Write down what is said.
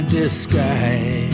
describe